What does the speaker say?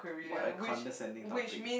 what a condescending topic